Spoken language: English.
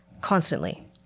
constantly